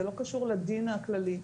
זה לא קשור לדין הכללי.